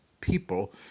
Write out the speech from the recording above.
people